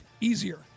easier